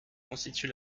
constitue